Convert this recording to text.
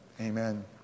Amen